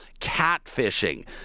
catfishing